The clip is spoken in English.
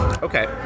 Okay